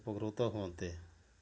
ଉପକୃତ ହୁଅନ୍ତେ